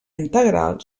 integral